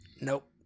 Nope